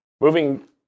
moving